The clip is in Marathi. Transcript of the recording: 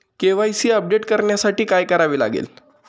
के.वाय.सी अपडेट करण्यासाठी काय करावे लागेल?